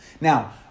Now